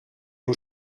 vos